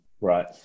right